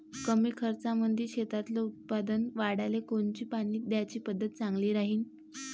कमी खर्चामंदी शेतातलं उत्पादन वाढाले कोनची पानी द्याची पद्धत चांगली राहीन?